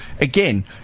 again